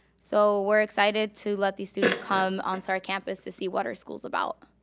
so we're excited to let these students come onto our campus to see what our school's about.